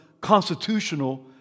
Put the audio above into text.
constitutional